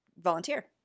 volunteer